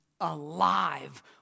alive